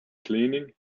cleaning